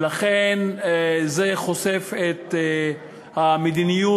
ולכן זה חושף את המדיניות,